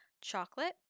chocolate